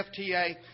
FTA